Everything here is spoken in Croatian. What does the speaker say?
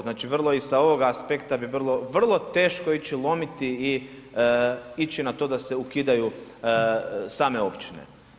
Znači vrlo i sa ovoga aspekta bi vrlo teško ići lomiti i ići na to da se ukidaju same općine.